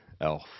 elf